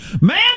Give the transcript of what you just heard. Man